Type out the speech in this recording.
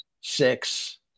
six